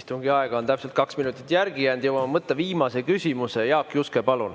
Istungi aega on täpselt kaks minutit järgi jäänud, jõuame võtta viimase küsimuse. Jaak Juske, palun!